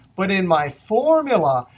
but in my formula,